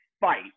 fight